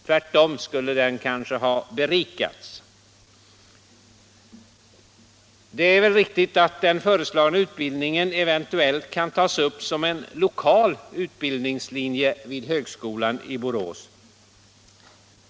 Denna skulle kanske tvärtom ha berikats. Det är väl riktigt att den föreslagna utbildningen eventuellt kan tas upp som en lokal utbildningslinje vid högskolan i Borås.